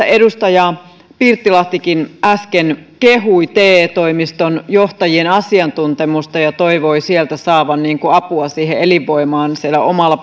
edustaja pirttilahtikin äsken kehui te toimiston johtajien asiantuntemusta ja toivoi sieltä saatavan apua siihen elinvoimaan omalla